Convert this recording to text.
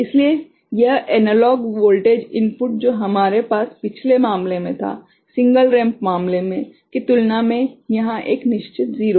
इसलिए यह analog voltage input जो हमारे पास पिछले मामले में था सिंगल रैंप मामले में की तुलना में यहां एक निश्चित 0 है